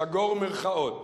סגור מירכאות.